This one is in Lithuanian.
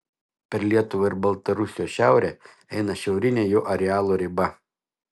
per lietuvą ir baltarusijos šiaurę eina šiaurinė jo arealo riba